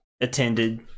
attended